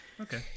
Okay